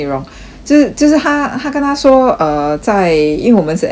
就是就是他他跟他说 err 在因为我们是 app based right